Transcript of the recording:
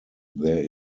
there